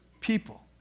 people